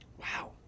wow